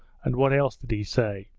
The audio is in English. and what else did he say